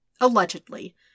Allegedly